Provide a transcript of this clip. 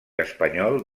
espanyol